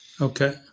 Okay